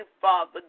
Father